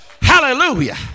Hallelujah